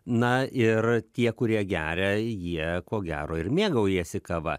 na ir tie kurie geria jie ko gero ir mėgaujasi kava